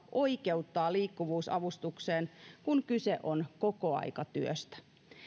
oikeuttaa liikkuvuusavustukseen kun kyse on kokoaikatyöstä